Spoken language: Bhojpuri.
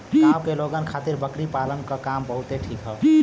गांव के लोगन खातिर बकरी पालना क काम बहुते ठीक हौ